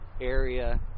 area